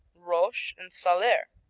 roche and salers.